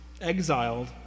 exiled